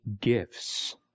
gifts